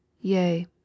Yea